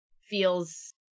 feels